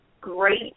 great